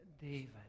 David